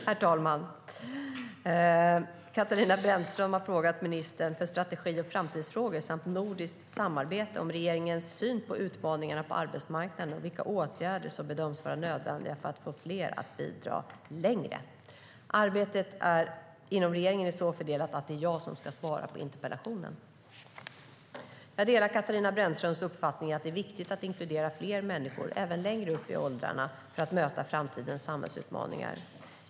Herr talman! Katarina Brännström har frågat ministern för strategi och framtidsfrågor samt nordiskt samarbete om regeringens syn på utmaningarna på arbetsmarknaden och vilka åtgärder som bedöms vara nödvändiga för att få fler att bidra längre. Arbetet inom regeringen är så fördelat att det är jag som ska svara på interpellationen. Jag delar Katarina Brännströms uppfattning att det är viktigt att inkludera fler människor, även längre upp i åldrarna, för att möta framtidens samhällsutmaningar.